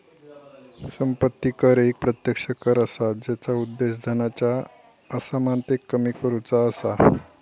संपत्ती कर एक प्रत्यक्ष कर असा जेचा उद्देश धनाच्या असमानतेक कमी करुचा असा